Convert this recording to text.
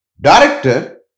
Director